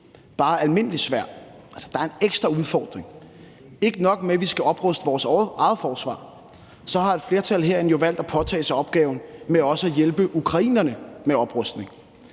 bare almindelig svær; altså, der er en ekstra udfordring. Ikke nok med, at vi skal opruste vores eget forsvar, så har et flertal herinde jo valgt at påtage sig opgaven med også at hjælpe ukrainerne med oprustning.